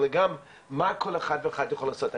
אלא גם מה כל אחד ואחת יכולים לעשות.